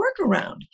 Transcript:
workaround